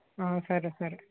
సరే సరే